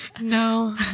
No